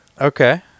Okay